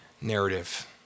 narrative